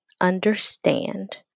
understand